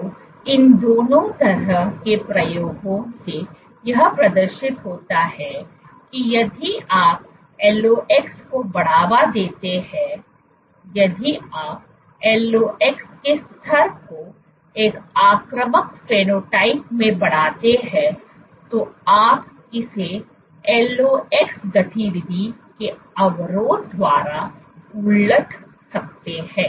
तो इन दोनों तरह के प्रयोगों से यह प्रदर्शित होता है कि यदि आप LOX को बढ़ावा देते हैं यदि आप LOX के स्तर को एक आक्रामक फेनोटाइप में बढ़ाते हैं तो आप इसे LOX गतिविधि के अवरोध द्वारा उलट सकते हैं